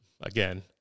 again